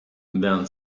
then